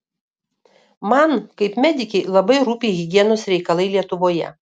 man kaip medikei labai rūpi higienos reikalai lietuvoje